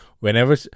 Whenever